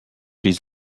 les